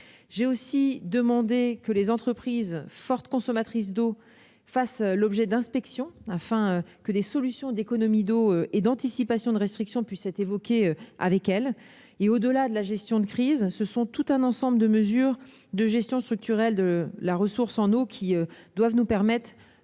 J'ai aussi demandé que les entreprises fortes consommatrices d'eau fassent l'objet d'inspections afin que des solutions en termes d'économies d'eau et d'anticipation des restrictions puissent être évoquées avec elles. Au-delà de la gestion de crise, c'est tout un ensemble de mesures de gestion structurelle de la ressource en eau qui doit nous permettre